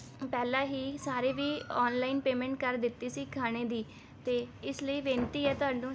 ਪਹਿਲਾਂ ਹੀ ਸਾਰੇ ਵੀ ਔਨਲਾਈਨ ਪੇਮੈਂਟ ਕਰ ਦਿੱਤੀ ਸੀ ਖਾਣੇ ਦੀ ਅਤੇ ਇਸ ਲਈ ਬੇਨਤੀ ਹੈ ਤੁਹਾਨੂੰ